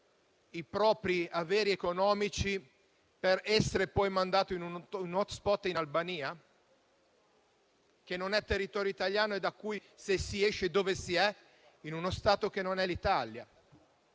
i propri averi economici per essere poi mandato in un *hotspot* in Albania, che non è territorio italiano e da cui, se si esce, si è in uno Stato che non è l'Italia?